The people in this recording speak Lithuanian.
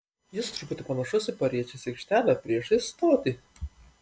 jis truputį panašus į pariečės aikštelę priešais stotį